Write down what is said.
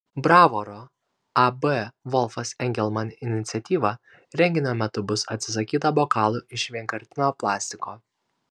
bravoro ab volfas engelman iniciatyva renginio metu bus atsisakyta bokalų iš vienkartinio plastiko